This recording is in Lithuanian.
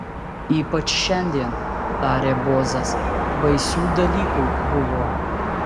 ypač šiandien tarė bozas baisių dalykų buvo